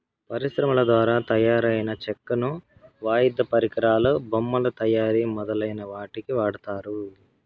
పరిశ్రమల ద్వారా తయారైన చెక్కను వాయిద్య పరికరాలు, బొమ్మల తయారీ మొదలైన వాటికి వాడతారు